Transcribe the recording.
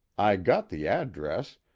i got the address,